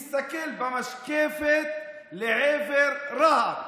הוא הסתכל במשקפת לעבר רהט,